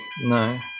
No